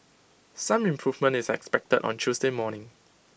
some improvement is expected on Tuesday morning